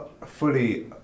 fully